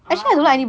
ah